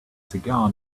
cigar